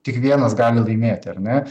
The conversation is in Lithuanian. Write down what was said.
tik vienas gali laimėti ar ne